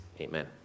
Amen